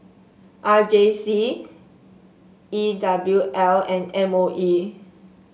R J C E W L and M O E